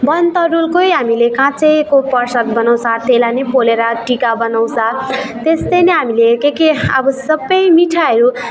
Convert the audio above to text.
बनतरुलकै हामीले काँचैको प्रसाद बनाउँछ त्यसलाई नै पोलेर टिका बनाउँछ त्यस्तै नै हामीले के के अब सबै मिठाईहरू